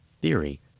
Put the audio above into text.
theory